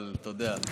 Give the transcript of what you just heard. אבל אתה יודע.